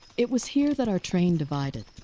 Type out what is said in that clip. it was here that our train divided,